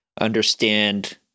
understand